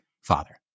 father